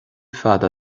fada